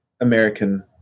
American